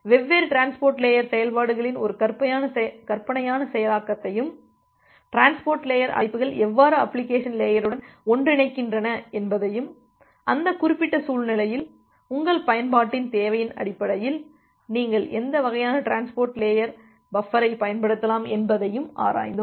வெவ்வேறு transport layer செயல்பாடுகளின் ஒரு கற்பனையான செயலாக்கத்தையும் டிரான்ஸ்போர்ட் லேயர் அழைப்புகள் எவ்வாறு அப்ளிகேஷன் லேயருடன் ஒன்றிணைகின்றன என்பதையும் அந்த குறிப்பிட்ட சூழ்நிலையில் உங்கள் பயன்பாட்டின் தேவையின் அடிப்படையில் நீங்கள் எந்த வகையான டிரான்ஸ்போர்ட் லேயர் பஃபரை பயன்படுத்தலாம் என்பதையும் ஆராய்ந்தோம்